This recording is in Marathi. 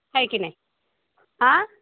आहे की नाही हां